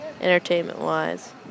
entertainment-wise